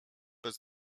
bez